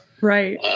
right